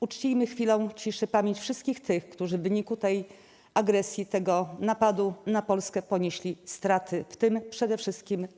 Uczcijmy chwilą ciszy pamięć wszystkich tych, którzy w wyniku tej agresji, tego napadu na Polskę ponieśli straty, w tym przede wszystkim